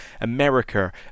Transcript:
america